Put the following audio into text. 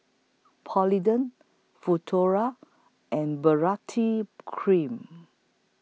Polident Futuro and Baritex Cream